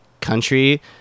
country